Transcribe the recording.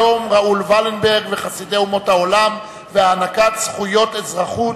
יום ראול ולנברג וחסידי אומות העולם והענקת זכויות אזרחות),